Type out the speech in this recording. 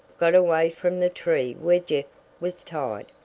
got away from the tree where jeff was tied.